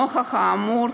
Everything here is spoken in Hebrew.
נוכח האמור,